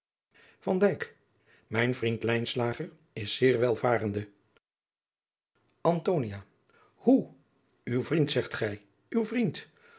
mijn vriend lijnslager is zeer welvarende antonia hoe uw vriend zegt gij uw vriend